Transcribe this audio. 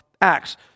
Acts